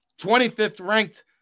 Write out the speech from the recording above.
25th-ranked